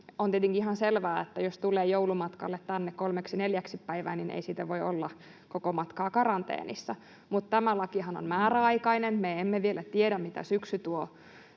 On tietenkin ihan selvää, että jos tulee joulumatkalle tänne kolmeksi neljäksi päivää, niin ei sitä voi olla koko matkaa karanteenissa. Mutta tämä lakihan on määräaikainen. Me emme vielä tiedä, mitä syksy tuo